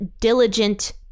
diligent